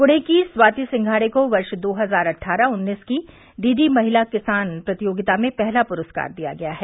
पुणे की स्वाती सिंघाड़े को वर्ष दो हजार अट्ठारह उन्नीस के डीडी महिला किसान प्रतियोगिता में पहला पुरस्कार दिया गया है